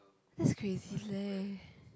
that's crazy leh